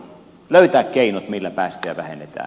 löytää keinot millä päästöjä vähennetään